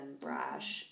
brash